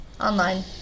online